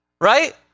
Right